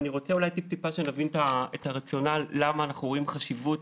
אני רוצה שנבין קצת את הרציונל למה אנחנו רואים חשיבות